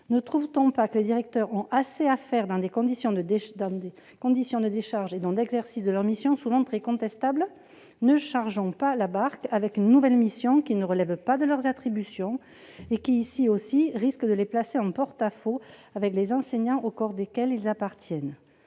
Ne trouve-t-on pas que les directeurs ont assez à faire, dans des conditions de décharge et d'exercice de leurs missions souvent très contestables ? Ne chargeons donc pas la barque en leur confiant une nouvelle mission, qui ne relève pas de leurs attributions et qui risque de les placer en porte-à-faux vis-à-vis des enseignants, au corps desquels ils appartiennent.